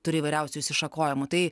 turi įvairiausių išsišakojimų tai